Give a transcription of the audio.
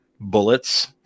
Bullets